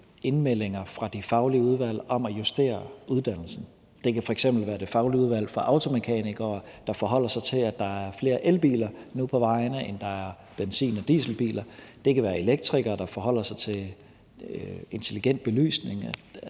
indmeldinger fra de faglige udvalg om at justere uddannelsen. Det kan f.eks. være det faglige udvalg for automekanikere, der forholder sig til, at der nu er flere elbiler på vejene, end der er benzin- og dieselbiler, og det kan være elektrikere, der forholder sig til intelligent belysning.